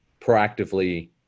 proactively